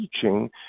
teaching